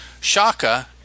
Shaka